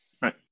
Right